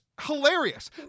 hilarious